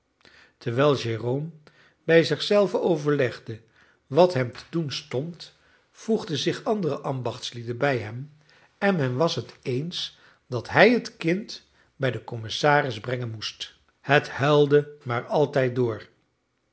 terwijl jérôme bij zich zelf overlegde wat hem te doen stond voegden zich andere ambachtslieden bij hem en men was het eens dat hij het kind bij den commissaris brengen moest het huilde maar altijd door